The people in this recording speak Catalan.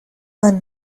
amb